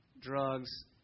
drugs